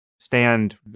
Stand